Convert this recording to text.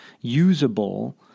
usable